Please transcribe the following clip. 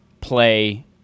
Play